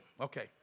Okay